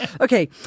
Okay